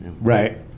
Right